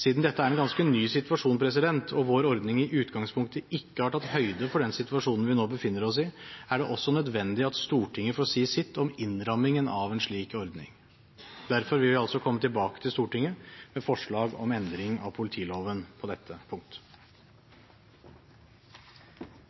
Siden dette er en ganske ny situasjon og vår ordning i utgangspunktet ikke har tatt høyde for den situasjonen vi nå befinner oss i, er det også nødvendig at Stortinget får si sitt om innrammingen av en slik ordning. Derfor vil vi komme tilbake til Stortinget med forslag om endring av politiloven på dette punkt.